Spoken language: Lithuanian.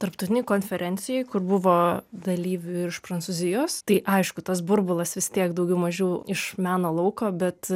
tarptautinėj konferencijoj kur buvo dalyvių iš prancūzijos tai aišku tas burbulas vis tiek daugiau mažiau iš meno lauko bet